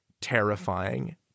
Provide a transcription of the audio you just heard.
terrifying